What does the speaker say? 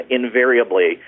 invariably